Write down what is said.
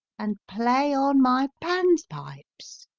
and play on my pan's-pipes.